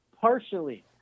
partially